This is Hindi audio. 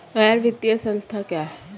गैर वित्तीय संस्था क्या है?